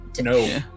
No